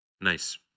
Nice